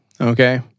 Okay